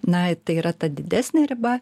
na tai yra ta didesnė riba